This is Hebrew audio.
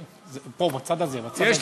אדוני, פה, בצד הזה, בצד הזה.